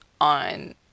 on